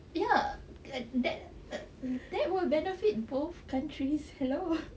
ya like that that would benefit both countries hello